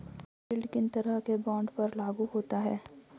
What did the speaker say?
Yield किन तरह के बॉन्ड पर लागू होता है?